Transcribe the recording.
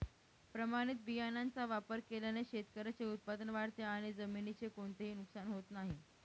प्रमाणित बियाण्यांचा वापर केल्याने शेतकऱ्याचे उत्पादन वाढते आणि जमिनीचे कोणतेही नुकसान होत नाही